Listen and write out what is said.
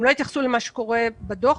הם לא התייחסו למה שקורה בדוח,